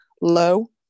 low